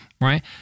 right